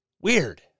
Weird